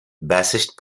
bassist